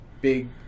big